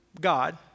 God